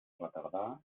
retardar